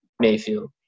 Mayfield